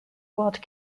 walt